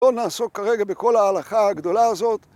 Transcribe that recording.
בוא נעסוק כרגע בכל ההלכה הגדולה הזאת.